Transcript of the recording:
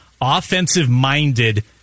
offensive-minded